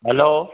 hello